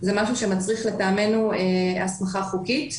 זה משהו שלטעמנו מצריך הסמכה חוקית.